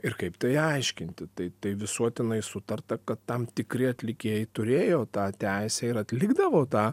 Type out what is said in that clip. ir kaip tai aiškinti tai tai visuotinai sutarta kad tam tikri atlikėjai turėjo tą teisę ir atlikdavo tą